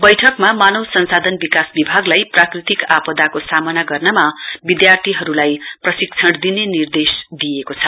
बैठकमा मानव संसाधन विकास विभागलाई प्राकृतिक आपदाको सामना गर्नमा विद्यार्थीहरूलाई प्रशिक्षण दिने निर्देश दिइएको छ